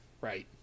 right